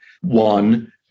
One